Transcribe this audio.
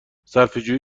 صرفهجویی